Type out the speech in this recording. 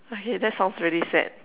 okay that sounds really sad